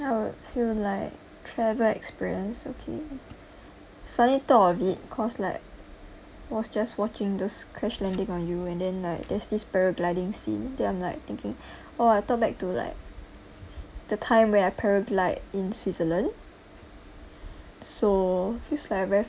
I would feel like travel experience okay slightly talk a bit because like I was just watching those crash landing on you and then like there's this paragliding scene then I'm like thinking oh I thought back to like the time where I paraglide in switzerland so feels like